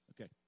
Okay